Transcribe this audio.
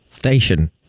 Station